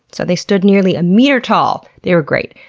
so they stood nearly a meter tall. they were great.